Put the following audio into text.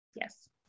Yes